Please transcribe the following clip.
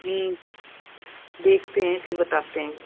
देखते हैं फिर बताते हैं